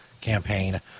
campaign